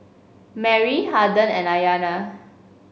Merry Harden and Ayana